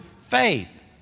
faith